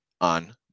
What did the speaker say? on